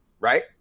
right